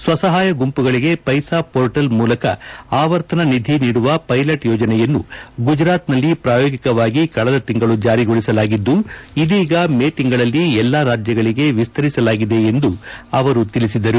ಸ್ವಸಹಾಯ ಗುಂಪುಗಳಿಗೆ ಪೈಸಾ ಪೋರ್ಟಲ್ ಮೂಲಕ ಆವರ್ತನ ನಿಧಿ ನೀಡುವ ವೈಲಟ್ ಯೋಜನೆಯನ್ನು ಗುಜರಾತ್ನಲ್ಲಿ ಪ್ರಾಯೋಗಿಕವಾಗಿ ಕಳೆದ ತಿಂಗಳು ಜಾರಿಗೊಳಿಸಲಾಗಿದ್ದು ಇದೀಗ ಮೇ ತಿಂಗಳಲ್ಲಿ ಎಲ್ಲಾ ರಾಜ್ಯಗಳಿಗೆ ವಿಸ್ತರಿಸಲಾಗಿದೆ ಎಂದು ಅವರು ತಿಳಿಸಿದರು